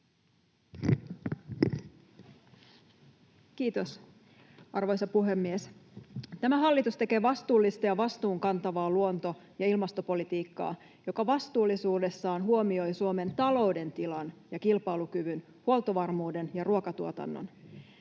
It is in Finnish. Kiitos, arvoisa puhemies! Tämä hallitus tekee vastuullista ja vastuunkantavaa luonto- ja ilmastopolitiikkaa, joka vastuullisuudessaan huomioi Suomen talouden tilan ja kilpailukyvyn, huoltovarmuuden ja ruokatuotannon.